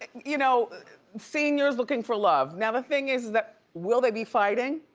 you know seniors looking for love. now the thing is is that will they be fighting?